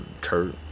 Kurt